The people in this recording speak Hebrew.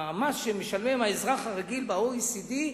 במס שמשלם האזרח הרגיל ב-OECD,